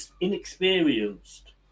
inexperienced